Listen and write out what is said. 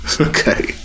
Okay